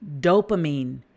dopamine